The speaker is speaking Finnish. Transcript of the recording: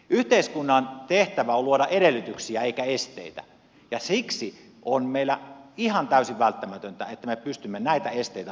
yhteiskunnan tehtävä on luoda edellytyksiä eikä esteitä ja siksi on meillä ihan täysin välttämätöntä että me pystymme näitä esteitä purkamaan